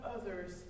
others